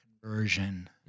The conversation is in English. Conversion